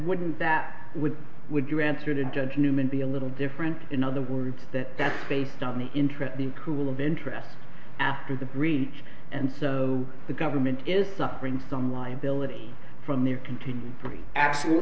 wouldn't that would would your answer the judge newman be a little different in other words that that's based on the interest being cool of interest after the breach and so the government is suffering some liability from their continued three a